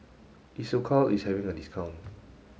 Isocal is having a discount